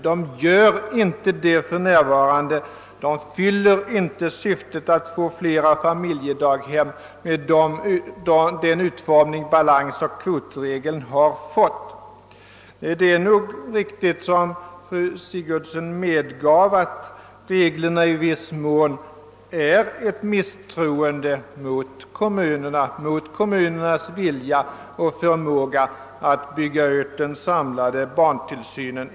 Den utformning som balansoch kvotregeln har fått fyller inte för närvarande syftet att stimulera tillkomsten av flera familjedaghem. Det är nog riktigt som fru Sigurdsen : medgav att reglerna i viss mån innebär ett misstroende mot kommunernas vilja och förmåga att bygga ut den samlade barntillsynen.